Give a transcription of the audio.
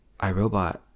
irobot